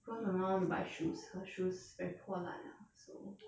cause my mum want to buy shoes her shoes very 破烂了 so